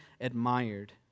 admired